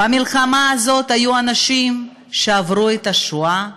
במלחמה הזאת היו אנשים שעברו את השואה,